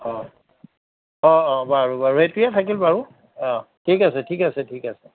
অঁ অঁ অঁ বাৰু বাৰু এইটোৱে থাকিল বাৰু অঁ ঠিক আছে ঠিক আছে ঠিক আছে